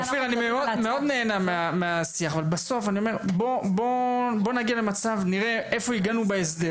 אני מאוד נהנה מהשיח אבל בואו נראה לאן הגענו בהסדר